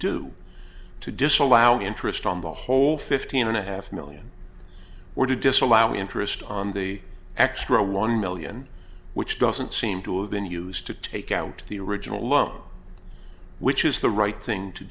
do to disallow interest on the whole fifteen and a half million or to disallow interest on the extra one million which doesn't seem to have been used to take out the original loan which is the right thing to